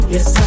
Yes